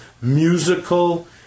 musical